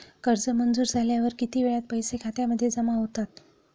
कर्ज मंजूर झाल्यावर किती वेळात पैसे खात्यामध्ये जमा होतात?